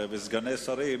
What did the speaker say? וסגני שרים.